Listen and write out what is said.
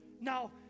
Now